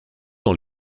dans